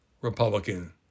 Republican